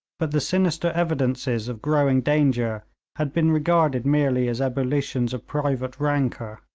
but the sinister evidences of growing danger had been regarded merely as ebullitions of private rancour.